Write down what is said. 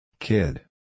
Kid